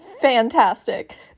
fantastic